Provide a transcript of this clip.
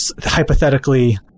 hypothetically